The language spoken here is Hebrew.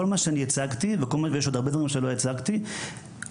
כל מה שאני הצגתי ויש עוד הרבה דברים שלא הצגתי הכל